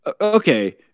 Okay